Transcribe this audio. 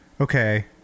okay